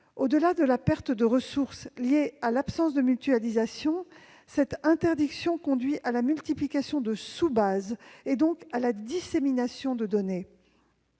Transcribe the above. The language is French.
Au-delà de la perte de ressources liée à l'absence de mutualisation, cette interdiction conduit à la multiplication de sous-bases, et donc à la dissémination de données.